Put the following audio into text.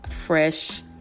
Fresh